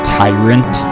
tyrant